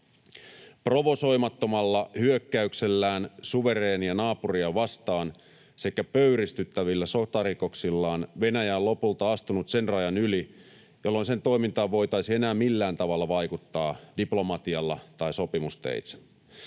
Provosoimattomalla hyökkäyksellään suvereenia naapuria vastaan sekä pöyristyttävillä sotarikoksillaan Venäjä on lopulta astunut sen rajan yli, jolla sen toimintaan voitaisiin enää millään tavalla vaikuttaa diplomatialla tai sopimusteitse.